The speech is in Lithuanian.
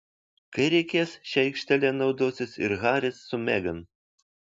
kai reikės šia aikštele naudosis ir haris su megan